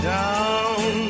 down